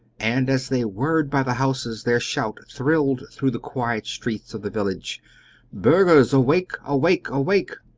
and as they whirled by the houses their shout thrilled through the quiet streets of the village burghers, awake! awake! awake!